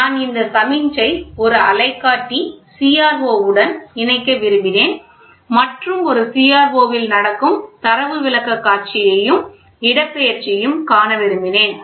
நான் இந்த சமிக்ஞை ஒரு அலைக்காட்டி CRO உடன் இணைக்க விரும்பினேன் மற்றும் ஒரு CRO இல் நடக்கும் தரவு விளக்கக்காட்சியையும் இடப்பெயர்ச்சியையும் காண விரும்பினேன்